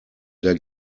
der